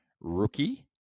rookie